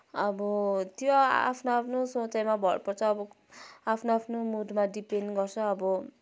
अब त्यो आफ्नो आफ्नो सोचाइमा भर पर्छ अब आफ्नो आफ्नो मुडमा डिपेन्ड गर्छ अब